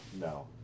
No